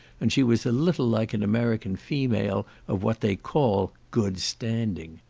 and she was a little like an american female of what they call good standing.